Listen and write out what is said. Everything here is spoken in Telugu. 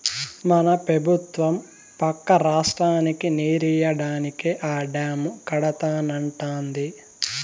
మన పెబుత్వం పక్క రాష్ట్రానికి నీరియ్యడానికే ఆ డాము కడతానంటాంది